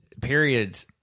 period